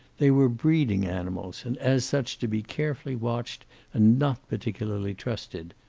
they were breeding animals, and as such to be carefully watched and not particularly trusted.